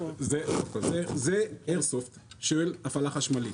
זה איירסופט של הפעלה חשמלית.